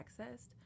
accessed